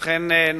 אכן,